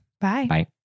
bye